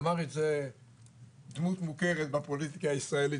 אמר את זה דמות מוכרת בפוליטיקה הישראלית,